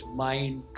mind